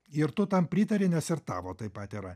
ir tu tam pritari nes ir tavo taip pat yra